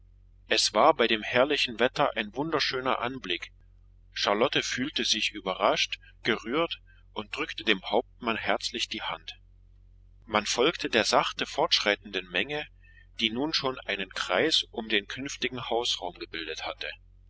es war bei dem herrlichen wetter ein wunderschöner anblick charlotte fühlte sich überrascht gerührt und drückte dem hauptmann herzlich die hand man folgte der sachte fortschreitenden menge die nun schon einen kreis um den künftigen hausraum gebildet hatte